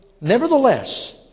Nevertheless